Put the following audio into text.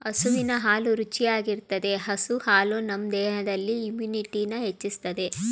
ಹಸುವಿನ ಹಾಲು ರುಚಿಯಾಗಿರ್ತದೆ ಹಸು ಹಾಲು ನಮ್ ದೇಹದಲ್ಲಿ ಇಮ್ಯುನಿಟಿನ ಹೆಚ್ಚಿಸ್ತದೆ